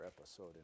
episode